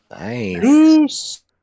nice